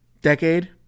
decade